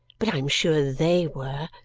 but i am sure they were!